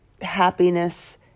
happiness